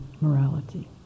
morality